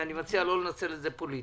ואני מציע לא לנצל את זה פוליטית.